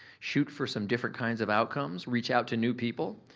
shoot for some different kinds of outcomes. reach out to new people.